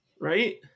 right